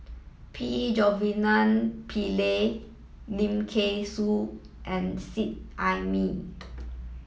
P Pillai Lim Kay Siu and Seet Ai Mee